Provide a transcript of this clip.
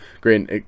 great